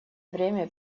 время